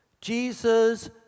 Jesus